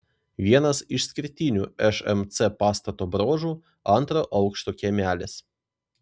vienas išskirtinių šmc pastato bruožų antro aukšto kiemelis